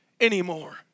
anymore